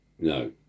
No